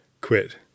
quit